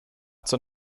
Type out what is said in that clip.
zur